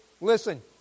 Listen